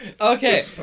Okay